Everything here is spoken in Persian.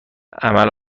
عمل